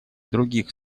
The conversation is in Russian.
других